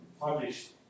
published